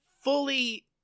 fully